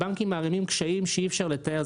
הבנקים מערימים קשיים שאי אפשר לתאר,